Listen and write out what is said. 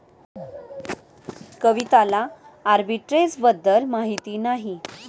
कविताला आर्बिट्रेजबद्दल माहिती नाही